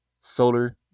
solar